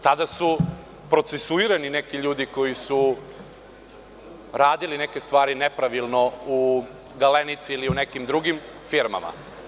Tada su procesuirani neki ljudi koji su radili neke stvari nepravilno u „Galenici“ ili u nekim drugim firmama.